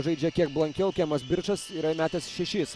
žaidžia kiek blankiau kemas birčas yra įmetęs šešis